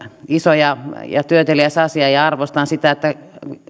iso ja ja työteliäs asia ja arvostan sitä että